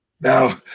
Now